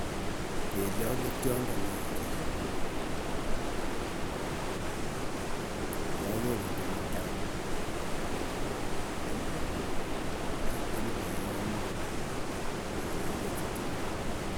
Peliot ko tiondo neo ochei. Kiager eng kenyitap elip elipu aeng ak muut, akokiakerchi tumin.